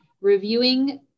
reviewing